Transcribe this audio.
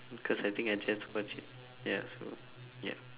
cause I think I just watched it ya so yup